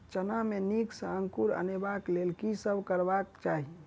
चना मे नीक सँ अंकुर अनेबाक लेल की सब करबाक चाहि?